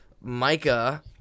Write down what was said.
Micah